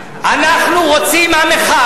לא מתחתנים עם ספרדים, ?